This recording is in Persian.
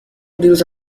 دیروز